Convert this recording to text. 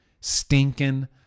stinking